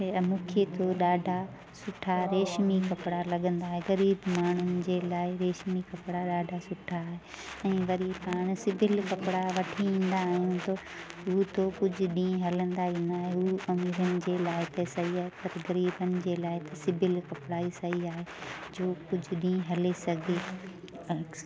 ते मूंखे त ॾाढा रेशमी कपिड़ा लॻंदा आहे ग़रीब माण्हुनि जे लाइ रेशमी कपिड़ा ॾाढा सुठा ऐं वरी पाण सिबियल कपिड़ा वठी ईंदा आहियूं त उहे त कुझु ॾींह हलंदा ई न आहिनि पंहिंजे लाइ त सही आहे त ग़रीबनि जे लाइ त सिबियलु कपिड़ा ई सही आहे जो कुझु ॾींहं हली सघे